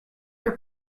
your